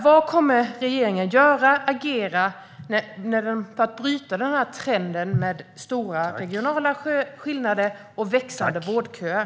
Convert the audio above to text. Vad kommer regeringen konkret att göra för att bryta denna trend med stora regionala skillnader och växande vårdköer?